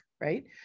right